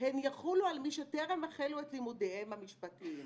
הן יחולו על מי שטרם החלו את לימודיהם המשפטים,